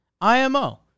IMO